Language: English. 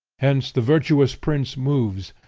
hence the virtuous prince moves,